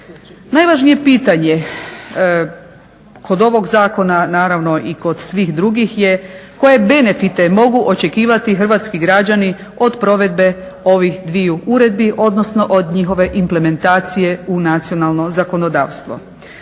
Najvažnije pitanje kod ovog zakona naravno i kod svih drugih je koje benefite mogu očekivati hrvatski građani od provedbe ovih dviju uredbu odnosno od njihove implementacije u nacionalno zakonodavstvo?